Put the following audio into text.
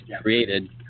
created